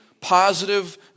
positive